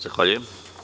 Zahvaljujem.